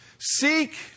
Seek